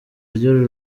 ry’uru